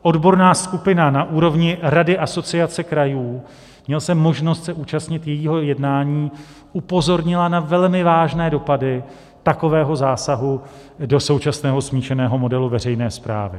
Odborná skupina na úrovni Rady Asociace krajů měl jsem možnost se účastnit jejího jednání upozornila na velmi vážné dopady takového zásahu do současného smíšeného modelu veřejné správy.